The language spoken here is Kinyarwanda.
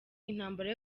intambara